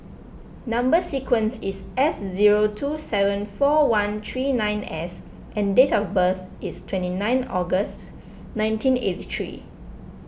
Number Sequence is S zero two seven four one three nine S and date of birth is twenty nine August nineteen eighty three